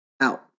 Out